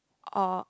or